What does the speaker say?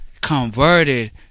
Converted